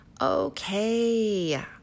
Okay